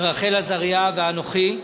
רחל עזריה ואנוכי,